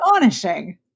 astonishing